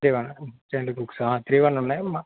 three one J N two books three one ఉన్నాయి మా